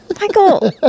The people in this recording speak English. Michael